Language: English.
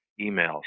emails